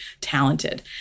talented